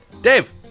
Dave